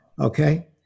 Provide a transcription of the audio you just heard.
Okay